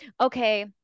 Okay